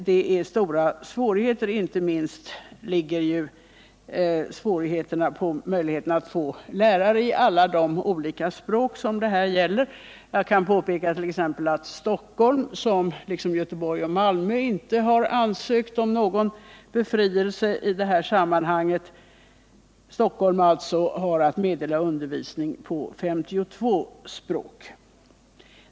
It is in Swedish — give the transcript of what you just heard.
Det finns stora svårigheter, inte minst möjligheten att få lärare i alla de olika språk det gäller. Jag kan påpeka att t.ex. Stockholm, som liksom Göteborg och Malmö inte har ansökt om någon befrielse i detta sammanhang, har att meddela undervisning på 52 språk.